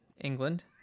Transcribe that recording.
England